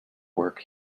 work